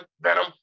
venom